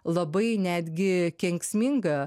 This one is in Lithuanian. labai netgi kenksminga